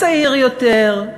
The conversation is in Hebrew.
צעיר יותר,